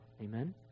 Amen